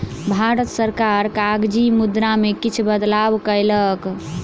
भारत सरकार कागजी मुद्रा में किछ बदलाव कयलक